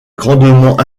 grandement